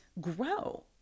grow